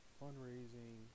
fundraising